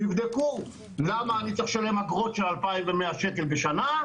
שיבדקו למה אני צריך לשלם אגרות של 2,100 שקלים בשנה,